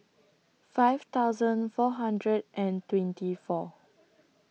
five thousand four hundred and twenty four